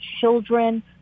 children